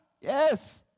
Yes